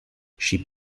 she